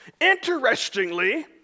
Interestingly